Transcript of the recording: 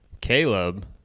Caleb